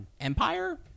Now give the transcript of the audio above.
Empire